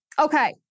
Okay